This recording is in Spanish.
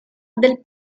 del